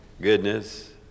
goodness